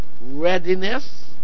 readiness